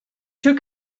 took